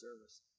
Service